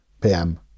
PM